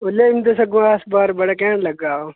लेई जंदे सगुआं अस बाह्र बड़ा घैंट लग्गै दा ओह्